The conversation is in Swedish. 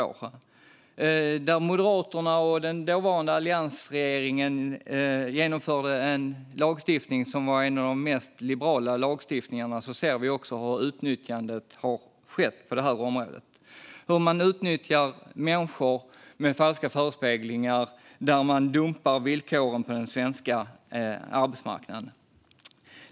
Sedan Moderaterna och den dåvarande alliansregeringen införde en av de mest liberala lagstiftningarna på detta område har vi sett hur utnyttjandet ökar genom att människor ges falska förespeglingar och villkoren på den svenska arbetsmarknaden dumpas.